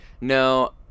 No